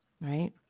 Right